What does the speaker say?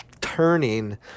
turning